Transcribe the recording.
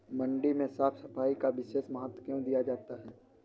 मंडी में साफ सफाई का विशेष महत्व क्यो दिया जाता है?